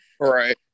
Right